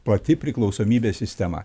pati priklausomybės sistema